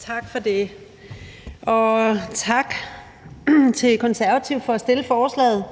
Tak for det, og tak til De Konservative for at have fremsat forslaget.